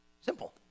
Simple